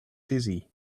dizzy